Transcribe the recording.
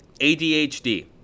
ADHD